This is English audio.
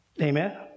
Amen